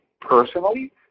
personally